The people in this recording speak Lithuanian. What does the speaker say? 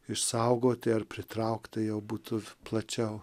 išsaugoti ar pritraukti jau būtų plačiau